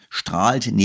strahlt